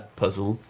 puzzle